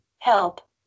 help